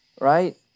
right